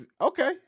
Okay